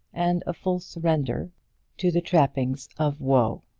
and a full surrender to the trappings of woe.